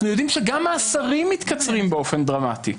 יודעים שגם מאסרים מתקצרים באופן דרמטי.